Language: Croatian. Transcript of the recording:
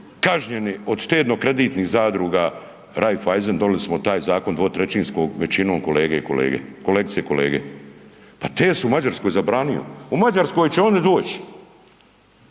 kažnjeni od Štedno-kreditnih zadruga Raiffeisen, donijeli smo taj zakon dvotrećinskom većinom kolege i kolege, kolegice i kolege, pa te su u Mađarskoj zabranili, u Mađarskoj će oni doć,